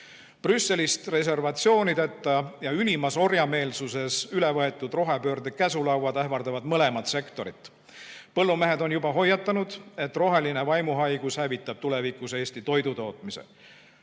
Brüsselist reservatsioonideta ja ülimas orjameelsuses üle võetud rohepöörde käsulauad ähvardavad mõlemat sektorit. Põllumehed on juba hoiatanud, et roheline vaimuhaigus hävitab tulevikus Eesti toidutootmise.